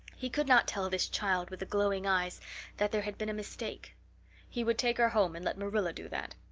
he could not tell this child with the glowing eyes that there had been a mistake he would take her home and let marilla do that.